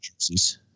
jerseys